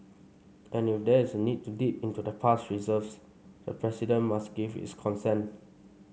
and if there is a need to dip into the past reserves the president must give his consent